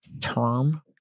term